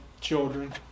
children